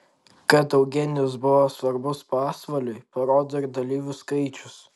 kad eugenijus buvo svarbus pasvaliui parodo ir dalyvių skaičius